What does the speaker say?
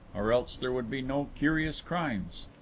or else there would be no curious crimes.